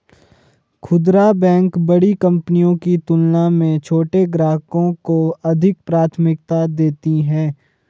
खूदरा बैंक बड़ी कंपनियों की तुलना में छोटे ग्राहकों को अधिक प्राथमिकता देती हैं